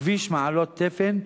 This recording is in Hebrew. כביש מעלות תפן,